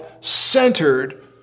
centered